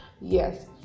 yes